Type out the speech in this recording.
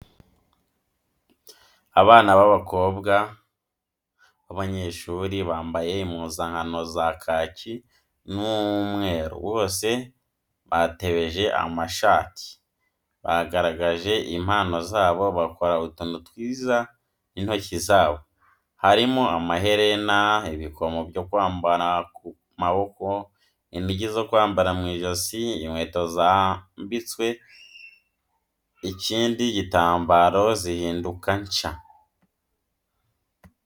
Abana b'abakobwa b'abanyeshuri mbambaye impuzankano za kaki n'umweru bose batebeje amashati, bagaragaje impano zabo, bakora utuntu twiza n'intoki zabo, harimo amaherena, ibikomo byo kwambara ku maboko, inigi zo kwambara mu ijosi, inkweto zambitswe ikindi gitambaro zihinduka nshya.